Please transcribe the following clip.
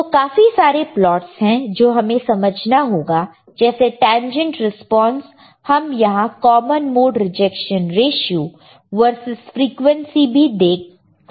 तो काफी सारे प्लॉट्स है जो हमें समझना होगा जैसे टेंजेंट रिस्पांस हम यहां common mode rejection ratio versus frequency भी देख सकते हैं